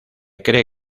cree